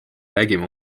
räägime